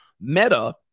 Meta